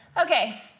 Okay